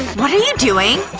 what are you doing?